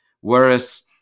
Whereas